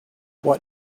what